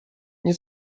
nie